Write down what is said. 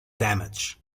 damage